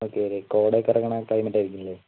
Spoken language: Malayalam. ഓക്കേ ഈ കോട ഒക്കെ ഇറങ്ങണ ആ ടൈമിൽ ആയിരിക്കും അല്ലേ